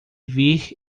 vir